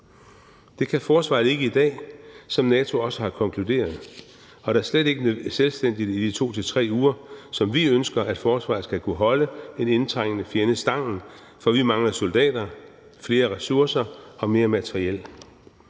Det kan forsvaret ikke i dag, som NATO også har konkluderet, og da slet ikke selvstændigt i de 2 til 3 uger, som vi ønsker at forsvaret skal kunne holde en indtrængende fjende stangen. For vi mangler soldater, flere ressourcer og mere materiel.